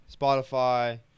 Spotify